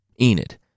Enid